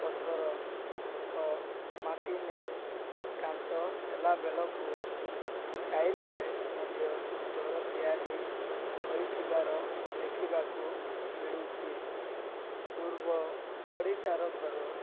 ପଥର ଓ ମାଟି ନେଇ କାନ୍ଥ ହେଲା ବେଳକୁ ଟାଇଲ୍ରେ ମଧ୍ୟ ଘର ତିଆରି ହୋଇଥିବାର ଦେଖିବାକୁ ମିଳୁଛି ପୂର୍ବ ଓଡ଼ିଶାର ଘର